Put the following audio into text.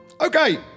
Okay